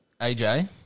AJ